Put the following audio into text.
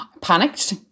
Panicked